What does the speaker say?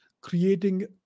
creating